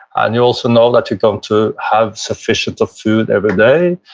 and you also know that you're going to have sufficient food every day.